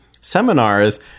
seminars